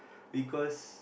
because